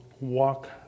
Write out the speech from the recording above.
walk